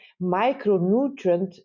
micronutrient